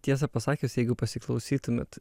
tiesa pasakius jeigu pasiklausytumėt